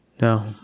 No